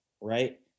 right